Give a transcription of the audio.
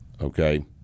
okay